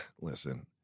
listen